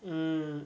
mm